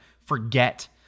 forget